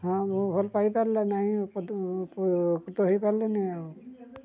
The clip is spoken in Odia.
ହଁ ମୁଁ ଭଲ ପାଇପାରିଲି ନାହିଁ ଉପକୃତ ହେଇପାରିଲାନି ଆଉ